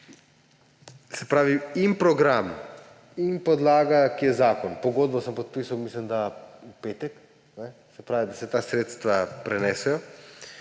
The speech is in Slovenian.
In program in podlaga, ki je zakon, pogodbo sem podpisal, mislim da, v petek, da se ta sredstva prenesejo,